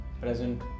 present